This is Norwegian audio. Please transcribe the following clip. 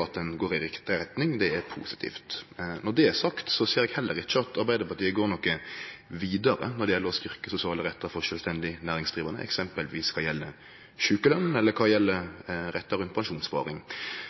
at ein går i riktig retning. Det er positivt. Når det er sagt, ser eg heller ikkje at Arbeidarpartiet går vidare når det gjeld å styrkje sosiale rettar for sjølvstendig næringsdrivande, eksempelvis kva gjeld sjukeløn, eller kva gjeld rettar rundt pensjonssparing.